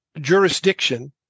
jurisdiction